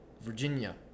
Virginia